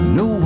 no